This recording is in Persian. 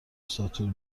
ساتور